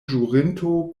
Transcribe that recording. ĵurinto